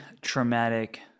traumatic